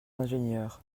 ingénieur